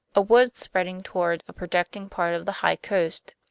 a wood spreading toward a projecting part of the high coast.